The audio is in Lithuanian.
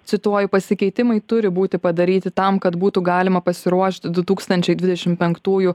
cituoju pasikeitimai turi būti padaryti tam kad būtų galima pasiruošti du tūkstančiai dvidešim penktųjų